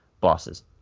bosses